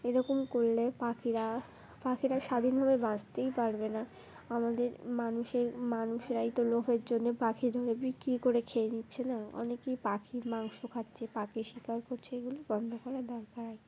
এরকম করলে পাখিরা পাখিরা স্বাধীনভাবে বাঁচতেই পারবে না আমাদের মানুষের মানুষরাই তো লোভের জন্য পাখি ধরে বিক্রি করে খেয়ে নিচ্ছে না অনেকেই পাখি মাংস খাচ্ছে পাখি শিকার করছে এগুলো বন্ধ করা দরকার আর কি